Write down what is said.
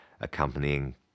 accompanying